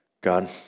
God